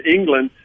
England